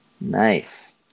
Nice